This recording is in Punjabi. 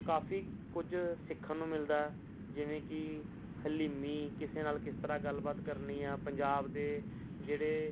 ਕਾਫੀ ਕੁਝ ਸਿੱਖਣ ਨੂੰ ਮਿਲਦਾ ਜਿਵੇਂ ਕਿ ਹਲੀਮੀ ਕਿਸੇ ਨਾਲ ਕਿਸ ਤਰ੍ਹਾਂ ਗੱਲਬਾਤ ਕਰਨੀ ਆ ਪੰਜਾਬ ਦੇ ਜਿਹੜੇ